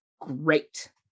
great